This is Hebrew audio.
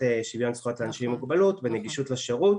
שוויון זכויות לאנשים עם מוגבלות ונגישות לשירות